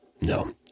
no